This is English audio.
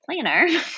planner